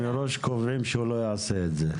אם כי מראש קובעים שהוא לא יעשה את זה,